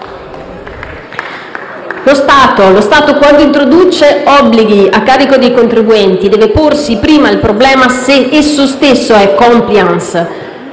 Lo Stato, quando introduce obblighi a carico dei contribuenti, deve porsi prima il problema di essere esso stesso *compliant*.